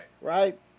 Right